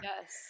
yes